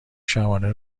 شبانه